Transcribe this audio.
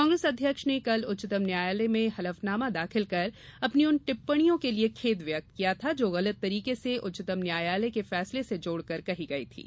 कांग्रेस अध्यक्ष ने कल उच्चतम न्यायालय में हलफनामा दाखिल कर अपनी उन टिप्पणियों के लिए खेद व्यक्त किया था जो गलत तरीके से उच्चतम न्यायालय के फैसले से जोड़कर कही गई थीं